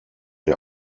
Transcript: der